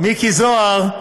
מיקי זוהר,